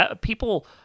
people